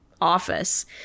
office